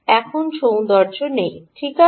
এখন সৌন্দর্য নেই ঠিক আছে